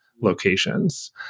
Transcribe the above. locations